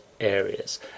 areas